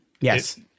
yes